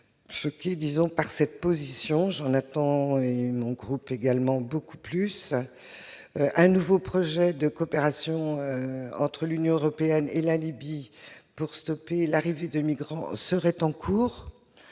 choquée par cette position. J'attends, tout comme mon groupe, beaucoup plus. Un nouveau projet de coopération entre l'Union européenne et la Libye pour stopper l'arrivée de migrants serait en cours.